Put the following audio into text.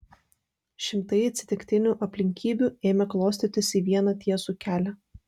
šimtai atsitiktinių aplinkybių ėmė klostytis į vieną tiesų kelią